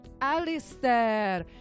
Alistair